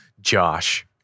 Josh